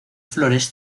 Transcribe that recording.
flores